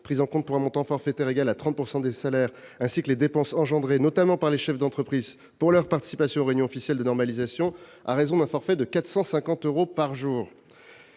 prises en compte pour un montant forfaitaire égal à 30 % des salaires, ainsi que les dépenses effectuées, notamment par les chefs d'entreprise, pour leur participation aux réunions officielles de normalisation, à raison d'un forfait de 450 euros par jour.